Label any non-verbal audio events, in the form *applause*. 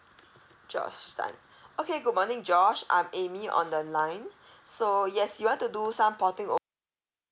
josh tan okay good morning josh I'm amy on the line *breath* so yes you want to do some porting over